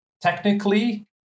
Technically